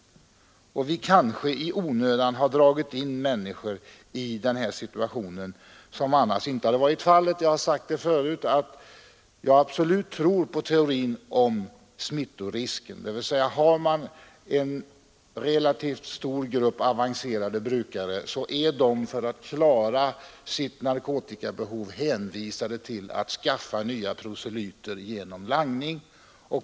Och vi har kanske i onödan dragit in människor i en situation som de annars inte skulle ha råkat i. Som jag tidigare sagt tror jag på teorin om smittorisken i detta fall, dvs. att om vi har en relativt stor grupp avancerade brukare, så är de för att klara sitt narkotikabehov hänvisade till att skaffa nya proselyter genom langning.